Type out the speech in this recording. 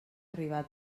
arribar